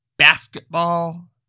Basketball